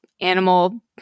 animal